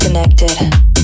Connected